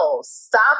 Stop